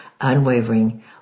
unwavering